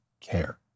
care